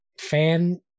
fan